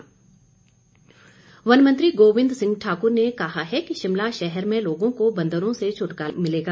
गोबिंद ठाकुर वन मंत्री गोबिंद सिंह ठाकुर ने कहा है कि शिमला शहर में लोगों को बंदरों से छुटकारा मिलेगा